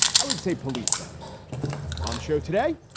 i would say police them on the show today.